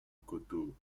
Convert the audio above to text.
coteau